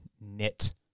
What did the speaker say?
knit